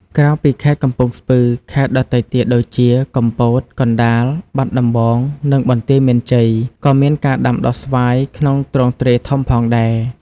ក្រៅពីខេត្តកំពង់ស្ពឺ ខេត្តដទៃទៀតដូចជា កំពត កណ្ដាល បាត់ដំបង និងបន្ទាយមានជ័យ ក៏មានការដាំដុះស្វាយក្នុងទ្រង់ទ្រាយធំផងដែរ។